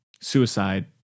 suicide